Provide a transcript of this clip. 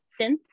synth